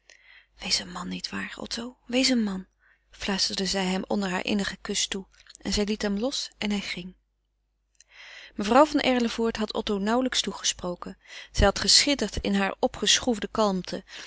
wees een man niet waar otto wees een man fluisterde zij hem onder haar innigen kus toe en zij liet hem los en hij ging mevrouw van erlevoort had otto nauwelijks toegesproken zij had gesidderd in hare opgeschroefde kalmte